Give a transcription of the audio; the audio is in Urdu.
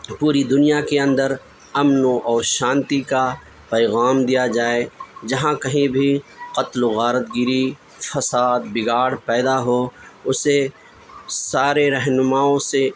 پوری دنیا کے اندر امن اور شانتی کا پیغام دیا جائے جہاں کہیں بھی قتل و غارت گری فساد بگاڑ پیدا ہو اسے سارے رہنماؤں سے